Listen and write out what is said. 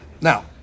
Now